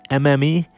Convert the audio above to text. MME